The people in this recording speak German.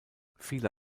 viele